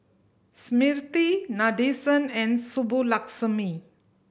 Smriti Nadesan and Subbulakshmi